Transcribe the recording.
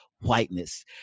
whiteness